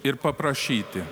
ir paprašyti